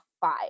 five